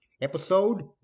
episode